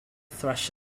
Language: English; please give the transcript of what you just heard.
thrash